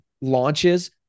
launches